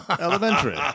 Elementary